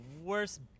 worst